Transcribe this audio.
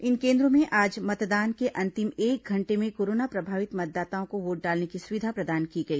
इन केन्द्रों में आज मतदान के अंतिम एक घंटे में कोरोना प्रभावित मतदाताओं को वोट डालने की सुविधा प्रदान की गई